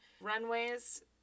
runways